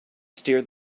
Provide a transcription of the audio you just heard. steer